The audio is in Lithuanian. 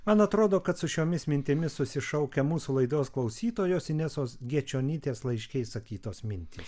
man atrodo kad su šiomis mintimis susišaukia mūsų laidos klausytojos inesos gečionytė laiške išsakytos mintys